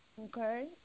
Okay